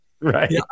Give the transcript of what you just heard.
Right